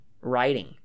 writing